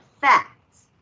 facts